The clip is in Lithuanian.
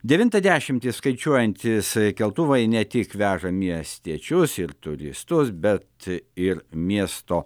devintą dešimtį skaičiuojantys keltuvai ne tik veža miestiečius ir turistus bet ir miesto